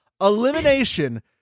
elimination